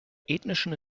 ethnischen